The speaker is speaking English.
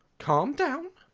calm down.